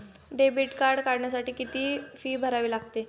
Debit card काढण्यासाठी किती fee भरावी लागते?